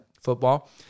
Football